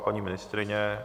Paní ministryně?